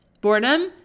Boredom